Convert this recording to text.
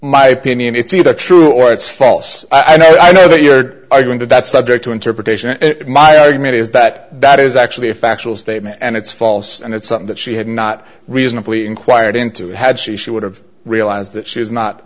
my opinion it's either true or it's false i know i know that you're arguing that that's subject to interpretation and my argument is that that is actually a factual statement and it's false and it's something that she had not reasonably inquired into had she she would have realized that she was not